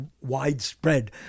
widespread